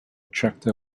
tractor